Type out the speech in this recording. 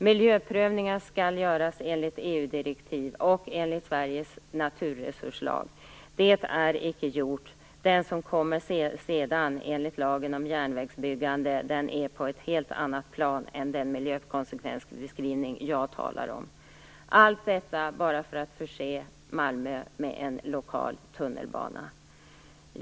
Miljöprövningar skall göras enligt EU direktiv och enligt Sveriges naturresurslag. Det är inte gjort. Den prövning som kommer senare, enligt lagen om järnvägs byggande, är på ett helt annat plan än den miljökonsekvensbeskrivning jag talar om. Allt detta sker bara för att man skall förse Malmö med en lokal tunnelbana. Fru talman!